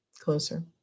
closer